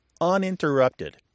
uninterrupted